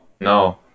No